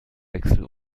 wechsel